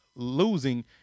losing